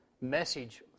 message